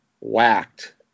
whacked